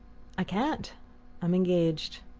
i can't i'm engaged.